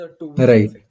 Right